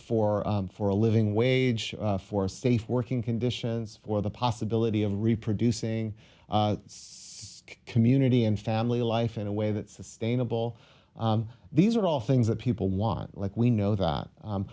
for for a living wage for safe working conditions for the possibility of reproducing community and family life in a way that sustainable these are all things that people want like we know that